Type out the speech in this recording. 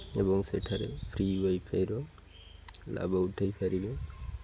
ଏବଂ ସେଠାରେ ଫ୍ରି ୱାଇଫାଇର ଲାଭ ଉଠେଇପାରିବେ